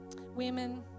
Women